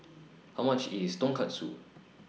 How much IS Tonkatsu